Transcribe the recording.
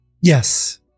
Yes